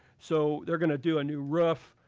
so they're going to do a new roof,